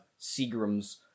Seagram's